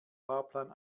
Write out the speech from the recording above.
fahrplan